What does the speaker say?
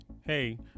Hey